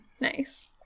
Nice